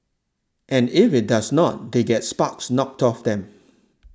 and if it does not they get sparks knocked off them